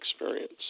experience